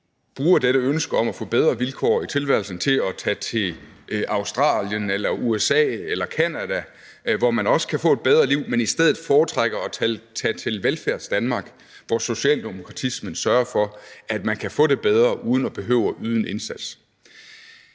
bruger dette ønske om at få bedre vilkår i tilværelsen til at tage til Australien eller USA eller Canada, hvor man også kan få et bedre liv, men i stedet foretrækker at tage til Velfærdsdanmark, hvor socialdemokratismen sørger for, at man kan få det bedre uden at behøve at yde en indsats.